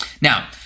Now